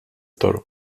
toro